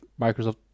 Microsoft